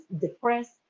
depressed